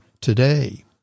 today